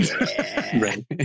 right